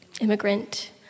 Immigrant